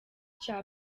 cya